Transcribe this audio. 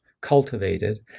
cultivated